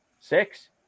six